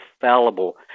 fallible